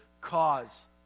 cause